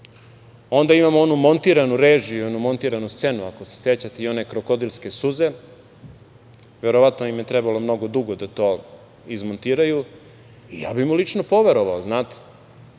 onda imamo onu montiranu režiju i onu montiranu scenu, ako se sećate i one krokodilske suze, verovatno im je trebalo mnogo dugo da to izmontiraju. Ja bih mu lično poverovao, znate,